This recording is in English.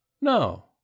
No